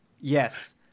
Yes